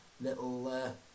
little